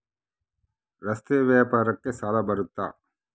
ರಸ್ತೆ ವ್ಯಾಪಾರಕ್ಕ ಸಾಲ ಬರುತ್ತಾ?